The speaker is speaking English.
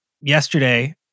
yesterday